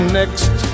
next